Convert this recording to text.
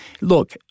look